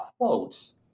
quotes